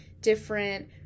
different